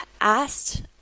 asked